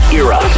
era